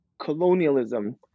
colonialism